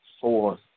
Four